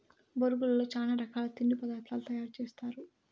బొరుగులతో చానా రకాల తిండి పదార్థాలు తయారు సేస్తారు